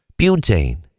butane